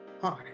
Hi